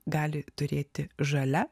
gali turėti žalia